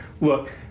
Look